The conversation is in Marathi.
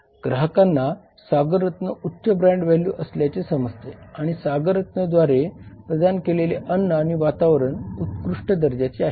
ग्राहकांना सागर रत्न उच्च ब्रँड व्हॅल्यू असल्याचे समजते आणि सागर रत्न द्वारे प्रदान केलेले अन्न आणि वातावरण उत्कृष्ट दर्जाचे आहे